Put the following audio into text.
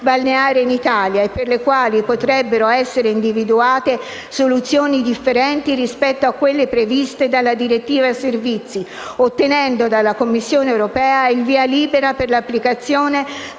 in Italia e per le quali potrebbero essere individuate soluzioni differenti rispetto a quelle previste dalla direttiva servizi, ottenendo dalla Commissione europea il via libera per l'applicazione